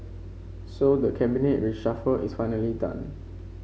so the Cabinet reshuffle is finally done